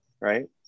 right